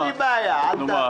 אין לי בעיה, אל תעביר.